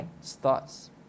starts